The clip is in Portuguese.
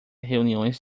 reuniões